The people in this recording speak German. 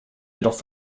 jedoch